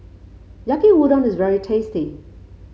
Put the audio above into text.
Yaki Udon is very tasty